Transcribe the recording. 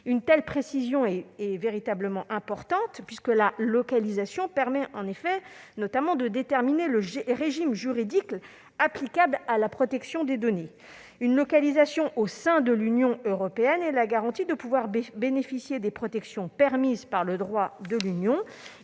Une telle précision est importante, puisque la localisation permet notamment de déterminer le régime juridique applicable à la protection des données. Une localisation au sein de l'Union européenne implique la garantie de pouvoir bénéficier des protections permises par le droit de l'Union